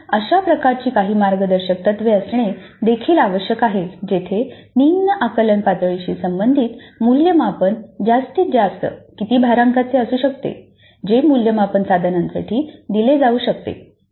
म्हणून अशा प्रकारची काही मार्गदर्शक तत्त्वे असणे देखील आवश्यक आहे जसे निम्न आकलन पातळीशी संबंधित मूल्यमापन जास्तीत जास्त किती भारांकाचे असू शकते जे मूल्यमापन साधनांसाठी दिले जाऊ शकते